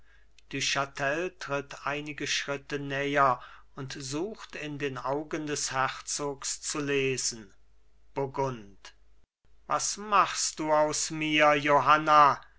chatel tritt einige schritte näher und sucht in den augen des herzogs zu lesen burgund was machst du aus mir johanna